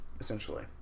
essentially